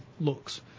looks